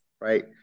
right